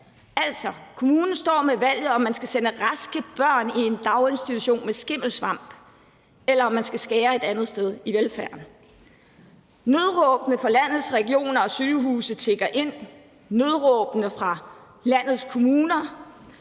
Altså, kommunen står med valget, om man skal sende raske børn i en daginstitution med skimmelsvamp, eller om man skal skære et andet sted i velfærden. Nødråbene fra landets regioner og sygehuse tikker ind. Nødråbene fra landets kommuner